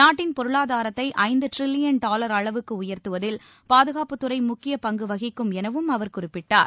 நாட்டின் பொருளாதாரத்தை ஐந்து டிரில்லியன் டாவர் அளவுக்கு உயர்த்துவதில் பாதுகாப்புத்துறை முக்கிய பங்கு வகிக்கும் எனவும் அவர் குறிப்பிட்டார்